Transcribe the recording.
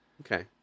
Okay